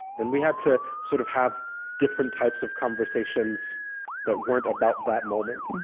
and we had to sort of have different types of conversations that weren't about that moment